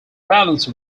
balance